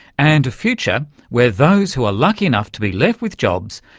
and a future where those who are lucky enough to be left with jobs,